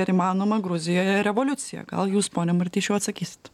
ar įmanoma gruzijoje revoliucija gal jūs pone martišiau atsakysit